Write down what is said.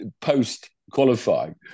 post-qualifying